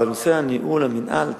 בנושא הניהול והמינהל התקין.